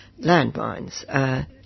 landmines